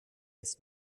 ist